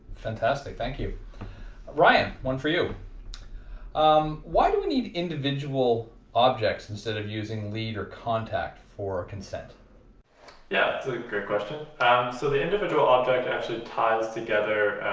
fantastic thank you ryan one for you um why do we need individual objects instead of using lead or contact for consent yeah that's a great question um so the individual object actually ties together